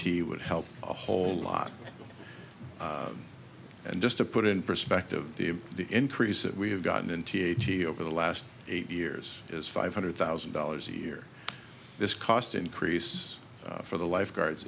t would help a whole lot and just to put in perspective the increase that we have gotten in t h d over the last eight years is five hundred thousand dollars a year this cost increase for the lifeguards